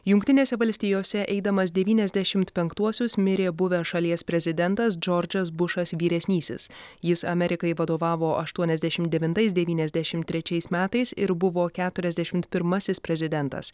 jungtinėse valstijose eidamas devyniasdešimt penktuosius mirė buvęs šalies prezidentas džordžas bušas vyresnysis jis amerikai vadovavo aštuoniasdešimt devintais devyniasdešimt trečiais metais ir buvo keturiasdešimt pirmasis prezidentas